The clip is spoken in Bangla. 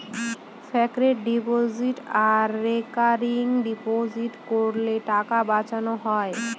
ফিক্সড ডিপোজিট আর রেকারিং ডিপোজিটে করের টাকা বাঁচানো হয়